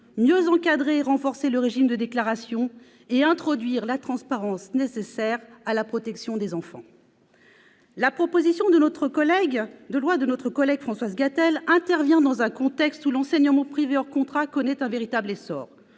mieux encadrer et renforcer le régime de déclaration et introduire la transparence nécessaire à la protection des enfants. La proposition de loi de notre collègue Françoise Gatel intervient dans un contexte où l'enseignement privé hors contrat connaît un véritable essor.